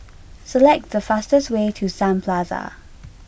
select the fastest way to Sun Plaza